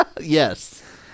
Yes